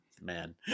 Man